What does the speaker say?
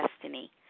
destiny